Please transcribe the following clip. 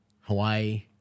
Hawaii